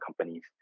companies